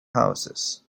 houses